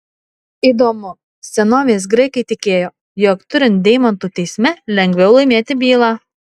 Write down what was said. įdomu senovės graikai tikėjo jog turint deimantų teisme lengviau laimėti bylą